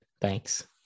Thanks